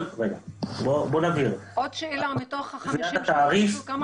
עוד שאלה: מתוך 50 רשויות כמה קיבלו?